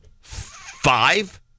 Five